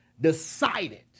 decided